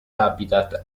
habitat